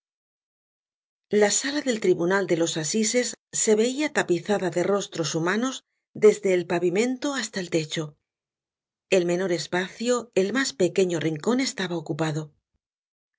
a sala del tribunal de los assises se veia tapizada de rostros humanos desde el pavimento hasta el techo el menor espacio el mas pequeño rincon eslaba ocupado